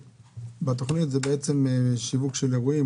בתוכנית זה שיווק של ארגונים,